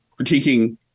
critiquing